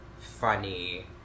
funny